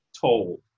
told